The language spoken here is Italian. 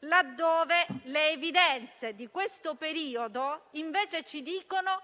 laddove le evidenze di questo periodo ci dicono